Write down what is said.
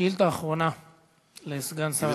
שאילתה אחרונה לסגן שר החינוך.